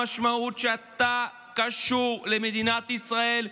המשמעות, שאתה קשור למדינת ישראל,